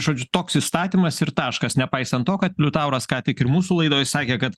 žodžiu toks įstatymas ir taškas nepaisant to kad liutauras ką tik ir mūsų laidoj sakė kad